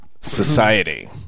Society